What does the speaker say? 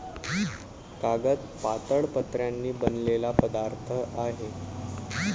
कागद पातळ पत्र्यांनी बनलेला पदार्थ आहे